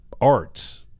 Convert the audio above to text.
Art